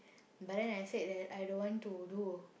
but then I said that I don't want to do